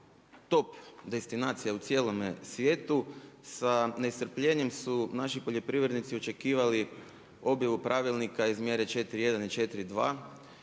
top destinacija u cijelom svijetu. Sa nestrpljenjem su naši poljoprivrednici očekivali obilu pravilnika iz mjere 4.1. i 4.2.,